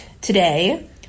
today